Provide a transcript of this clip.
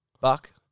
Buck